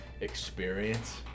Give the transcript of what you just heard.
experience